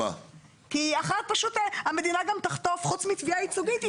כי אחרי זה המדינה גם תחטוף חוץ מתביעה ייצוגית היא